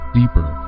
deeper